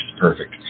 perfect